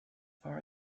far